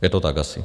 Je to tak asi.